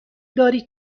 دارید